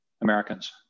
Americans